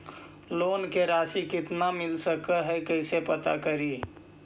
Loan के रासि कितना मिल सक है कैसे पता करी?